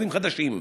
דברים חדשים?